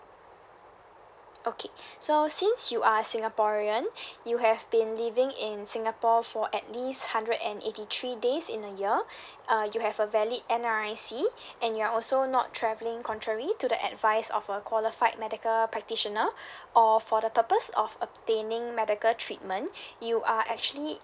okay so since you are singaporean you have been living in singapore for at least hundred and eighty three days in a year uh you have a valid N_R_I_C and you're also not travelling contrary to the advice of a qualified medical practitioner or for the purpose of obtaining medical treatment you are actually